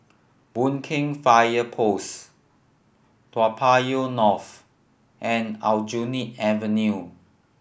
Boon Keng Fire Post Toa Payoh North and Aljunied Avenue